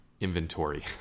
inventory